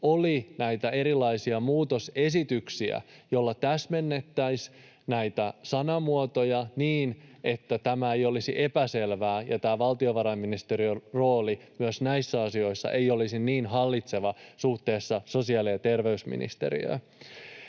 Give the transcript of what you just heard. oli näitä erilaisia muutosesityksiä, joilla täsmennettäisiin näitä sanamuotoja niin, että tämä ei olisi epäselvää ja tämä valtiovarainministeriön rooli myös näissä asioissa ei olisi niin hallitseva suhteessa sosiaali- ja terveysministeriöön.